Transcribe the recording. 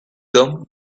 them